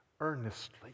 earnestly